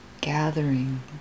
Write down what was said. gathering